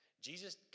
Jesus